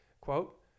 Quote